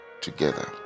together